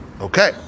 Okay